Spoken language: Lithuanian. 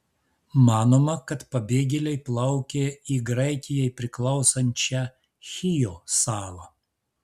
manoma kad pabėgėliai plaukė į graikijai priklausančią chijo salą